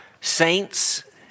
saints